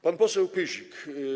Pan poseł Pyzik.